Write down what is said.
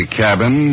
cabin